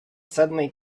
suddenly